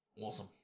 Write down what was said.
Awesome